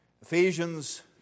Ephesians